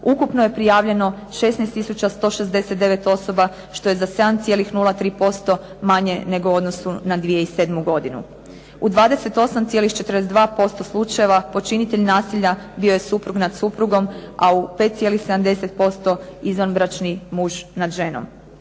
ukupno je prijavljeno 16 tisuća 169 osoba što je za 7,03% manje nego u odnosu na 2007. godinu. U 28,42% slučajeva počinitelj nasija bio je suprug nad suprugom, a u 5,70% izvanbračni muž nad ženom.